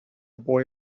boy